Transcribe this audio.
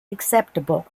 acceptable